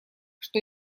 что